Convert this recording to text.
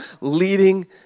leading